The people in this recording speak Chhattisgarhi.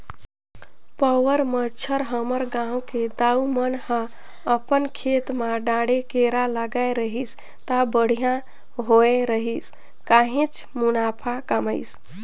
पउर बच्छर हमर गांव के दाऊ मन ह अपन खेत म डांड़े केरा लगाय रहिस त बड़िहा होय रहिस काहेच मुनाफा कमाइस